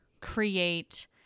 create